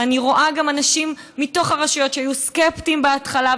ואני רואה גם אנשים מתוך הרשויות שהיו סקפטיים בהתחלה,